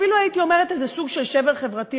אפילו הייתי אומרת איזה סוג של שבר חברתי,